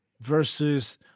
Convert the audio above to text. versus